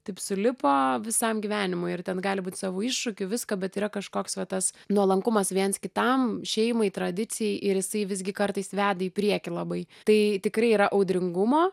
taip sulipo visam gyvenimui ir ten gali būt savų iššūkių visko bet yra kažkoks va tas nuolankumas viens kitam šeimai tradicijai ir jisai visgi kartais veda į priekį labai tai tikrai yra audringumo